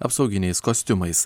apsauginiais kostiumais